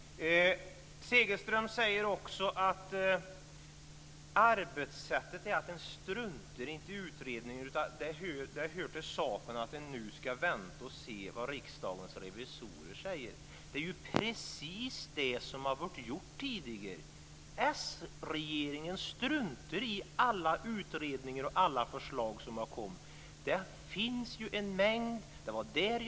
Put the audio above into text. Segelström säger också att arbetssättet inte är att man struntar i utredningar utan att det hör till saken att vi ska vänta och se på vad Riksdagens revisorer säger. Det är ju precis det som man har gjort tidigare. S-regeringen struntar i alla utredningar och alla förslag som har lagts fram.